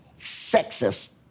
sexist